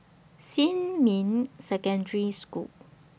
Xinmin Secondary School